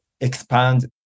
expand